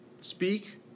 speak